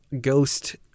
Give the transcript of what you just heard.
ghost